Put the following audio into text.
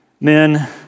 Men